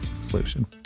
solution